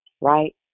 right